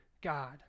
God